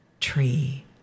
tree